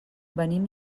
venim